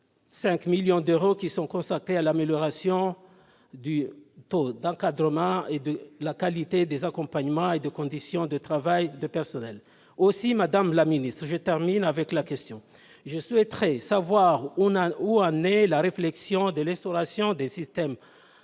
285 millions d'euros qui ont été consacrés à l'amélioration du taux d'encadrement, de la qualité des accompagnements et des conditions de travail des personnels. Aussi, madame la ministre, je souhaiterais savoir où en est la réflexion de l'instauration d'un système